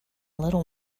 little